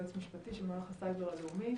יועץ משפטי של מערך הסייבר הלאומי.